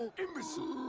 and imbecile!